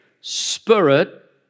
spirit